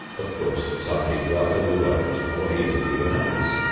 of course some people are overwhelmed more easily than others.